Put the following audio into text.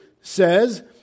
says